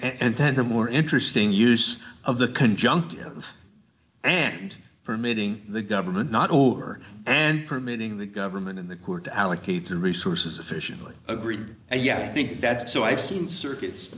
and then the more interesting use of the conjunctive and permitting the government not over and permitting the government in the court to allocate the resources efficiently agreed and yeah i think that so i've seen circu